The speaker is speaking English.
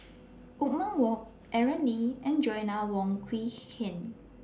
Othman Wok Aaron Lee and Joanna Wong Quee Heng